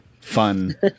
fun